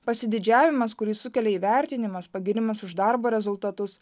pasididžiavimas kurį sukelia įvertinimas pagyrimas už darbo rezultatus